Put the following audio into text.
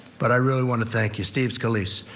but i really want to thank you. steve scalise.